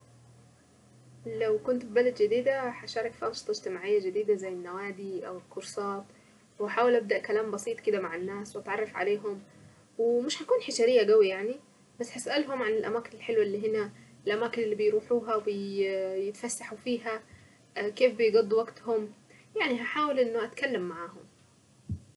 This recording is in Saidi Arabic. لو كنت في بلد جديدة هشارك في انشطة اجتماعية جديدة زي النوادي او الكورسات. واحاول ابدأ كلام بسيط كده مع الناس واتعرف عليهم ومش هكون حشرية قوي يعني بس اسألهم عن الاماكن الحلوة اللي هنا الاماكن اللي بيروحوها يتفسحوا فيها وكيف بيقضوا وقتهم يعني هحاول إنه اتكلم معاهم.